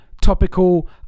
topical